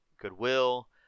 Goodwill